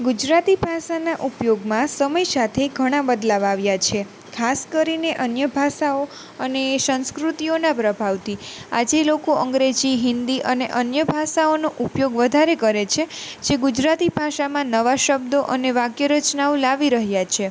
ગુજરાતી ભાષાના ઉપયોગમાં સમય સાથે ઘણાં બદલાવ આવ્યાં છે ખાસ કરીને અન્ય ભાષાઓ અને સંસ્કૃતિઓના પ્રભાવથી આજે લોકો અંગ્રેજી હિન્દી અને અન્ય ભાષાઓનો ઉપયોગ વધારે કરે છે જે ગુજરાતી ભાષામાં નવા શબ્દો અને વાક્ય રચનાઓ લાવી રહ્યાં છે